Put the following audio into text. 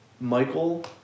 Michael